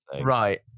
right